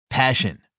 Passion